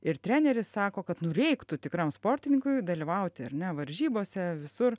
ir treneris sako kad nu reiktų tikram sportininkui dalyvauti ar ne varžybose visur